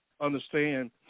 understand